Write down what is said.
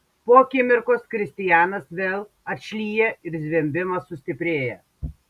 po akimirkos kristianas vėl atšlyja ir zvimbimas sustiprėja